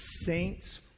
saints